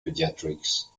pediatrics